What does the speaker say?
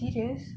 serious